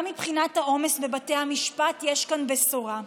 גם מבחינת העומס בבתי המשפט יש כאן בשורה.